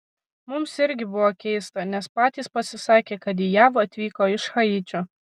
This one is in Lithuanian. mums irgi buvo keista nes patys pasisakė kad į jav atvyko iš haičio